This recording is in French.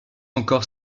encore